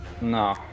No